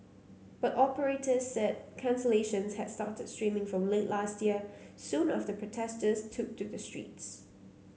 but operators said cancellations had started streaming from late last year soon after protesters took to the streets